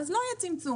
לא יהיה צמצום.